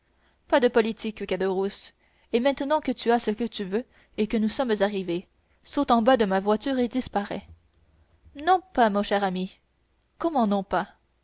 pas de politique caderousse et maintenant que tu as ce que tu veux et que nous sommes arrivés saute en bas de ma voiture et disparais non pas cher ami comment non pas